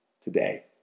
today